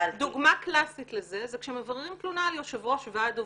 דוגמה קלאסית לזה זה כשמבררים תלונה על יושב ראש ועד עובדים.